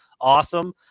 Awesome